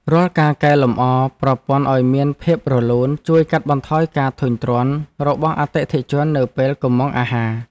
រាល់ការកែលម្អប្រព័ន្ធឱ្យមានភាពរលូនជួយកាត់បន្ថយការធុញទ្រាន់របស់អតិថិជននៅពេលកុម្ម៉ង់អាហារ។